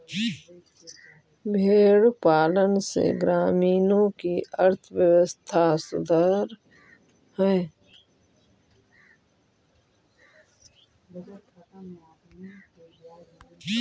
भेंड़ पालन से ग्रामीणों की अर्थव्यवस्था सुधरअ हई